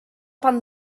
pan